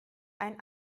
ein